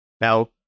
Now